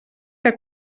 que